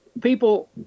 people